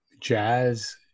Jazz